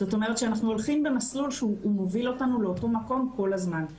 זאת אומרת שאנחנו הולכים במסלול שהוא מוביל אותנו לאותו מקום כל הזמן.